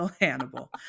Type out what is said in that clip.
Hannibal